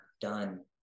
done